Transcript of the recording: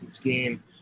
scheme